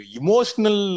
emotional